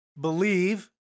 believe